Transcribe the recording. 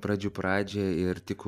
pradžių pradžią ir tik